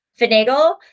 finagle